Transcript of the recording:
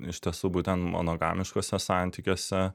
iš tiesų būtent monogamiškuose santykiuose